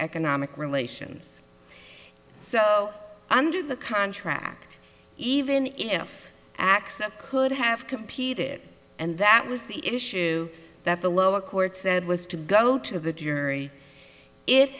economic relations so under the contract even if i accept could have competed and that was the issue that the lower court said was to go to the jury i